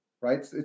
right